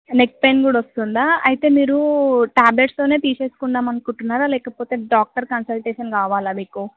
neck pain కూడా వస్తుందా అయితే మీరు ట్యాబ్లెట్స్తోనే తీసేసుకుందాం అనుకుంటున్నారా లేకపోతే డాక్టర్ కన్సల్టేషన్ కావాలా మీకు